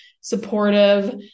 supportive